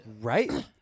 Right